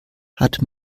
hat